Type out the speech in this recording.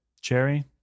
cherry